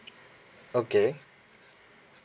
okay